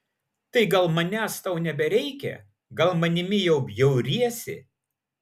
tai gal manęs tau nebereikia gal manimi jau bjauriesi